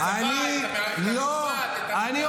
את מערכת המשפט,